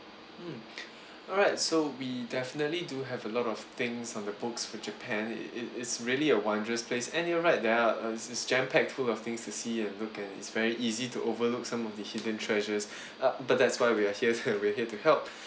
mm alright so we definitely do have a lot of things on the books for japan it it it's really a wondrous place and you're right there are uh it's it's jam packed tour of things to see and look and it's very easy to overlook some of the hidden treasures uh but that's why we are here we are here to help